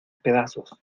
pedazos